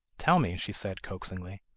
tell me she said, coaxingly,